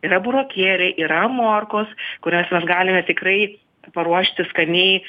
yra burokėliai yra morkos kurias mes galime tikrai paruošti skaniai